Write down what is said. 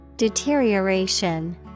Deterioration